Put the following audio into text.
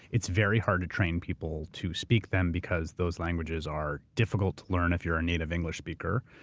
it's very hard to train people to speak them because those languages are difficult to learn if you're a native english speaker,